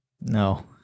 No